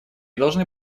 должны